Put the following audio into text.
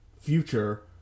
future